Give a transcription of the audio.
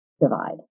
divide